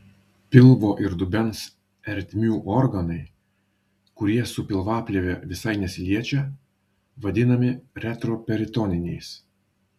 pilvo ir dubens ertmių organai kurie su pilvaplėve visai nesiliečia vadinami retroperitoniniais